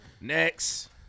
next